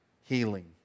healing